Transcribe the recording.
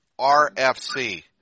RFC